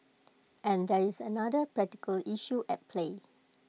and there is another practical issue at play